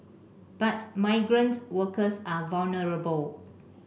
but migrant workers are vulnerable